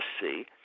see